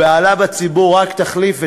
הבהלה בציבור רק תחריף,